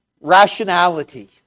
rationality